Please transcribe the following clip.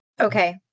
Okay